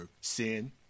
sin